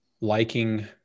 liking